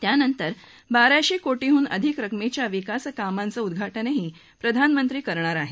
त्यानंतर बाराशे कोटींहून अधिक रकमेच्या विकासकामांचं उद्घाटनही प्रधानमंत्री करणार आहेत